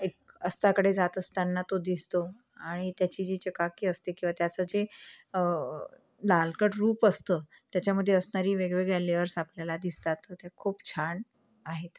एक अस्ताकडे जात असताना तो दिसतो आणि त्याची जी चकाकी असते किंवा त्याचं जे लालकट रूप असतं त्याच्यामध्ये असणारी वेगवेगळ्या लेयर्स आपल्याला दिसतात तर ते खूप छान आहेत